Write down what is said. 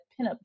pinup